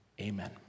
Amen